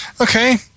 Okay